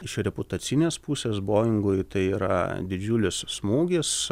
iš reputacinės pusės boingui tai yra didžiulis smūgis